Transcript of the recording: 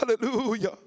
Hallelujah